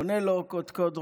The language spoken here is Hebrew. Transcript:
עונה לו קודקוד רומא: